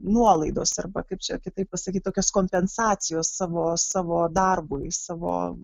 nuolaidos arba kaip čia kitaip pasakyt tokios kompensacijos savo savo darbui savo